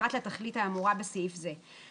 פרט לתכלית האמורה בסעיף זה.